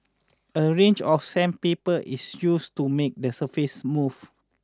a range of sandpaper is used to make the surface smooth